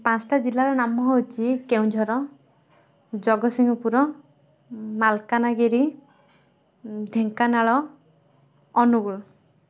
ପାଞ୍ଚଟା ଜିଲ୍ଲାର ନାମ ହେଉଛି କେଉଁଝର ଜଗତସିଂହପୁର ମାଲକାନଗିରି ଢେଙ୍କାନାଳ ଅନୁଗୁଳ